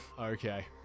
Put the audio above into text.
okay